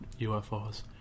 UFOs